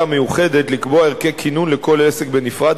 המיוחדת לקבוע ערכי כינון לכל עסק בנפרד,